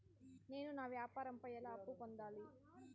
నేను నా వ్యాపారం పై ఎలా అప్పు పొందాలి?